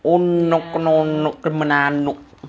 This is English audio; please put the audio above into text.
oh